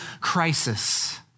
crisis